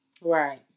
Right